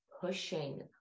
pushing